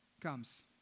comes